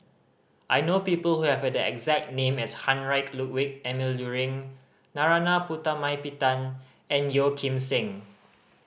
I know people who have the exact name as Heinrich Ludwig Emil Luering Narana Putumaippittan and Yeo Kim Seng